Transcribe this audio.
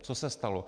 Co se stalo?